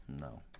no